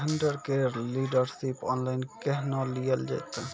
Vendor केर dealership online केहनो लियल जेतै?